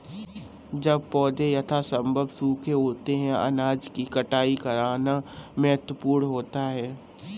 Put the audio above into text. जब पौधे यथासंभव सूखे होते हैं अनाज की कटाई करना महत्वपूर्ण होता है